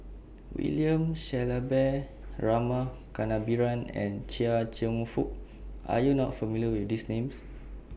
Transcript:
William Shellabear Rama Kannabiran and Chia Cheong Fook Are YOU not familiar with These Names